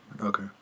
okay